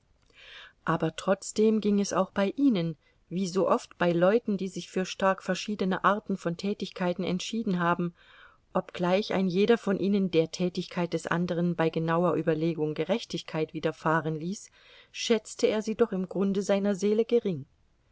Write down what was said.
aber trotzdem ging es auch bei ihnen wie so oft bei leuten die sich für stark verschiedene arten von tätigkeit entschieden haben obgleich ein jeder von ihnen der tätigkeit des anderen bei genauerer überlegung gerechtigkeit widerfahren ließ schätzte er sie doch im grunde seiner seele gering